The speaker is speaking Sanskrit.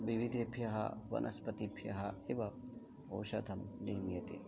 विविधेभ्यः वनस्पतिभ्यः एव औषधं दीयते